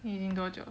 你你多久